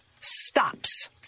stops